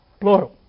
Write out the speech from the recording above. plural